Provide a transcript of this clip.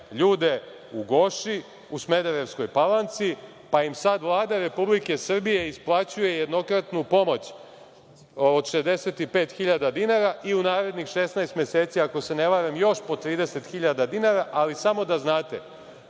ljude u „Goši“ u Smederevskoj Palanci, pa im sad Vlada Republike Srbije isplaćuje jednokratnu pomoć od 65 hiljada dinara i u narednih 16 meseci, ako se ne varam, još po 30 hiljada dinara. Samo da znate,